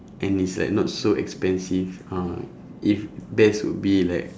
and it's like not so expensive ah if best would be like